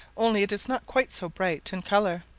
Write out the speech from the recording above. only it is not quite so bright in colour,